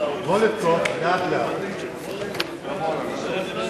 אדוני היושב-ראש, כבוד